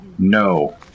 No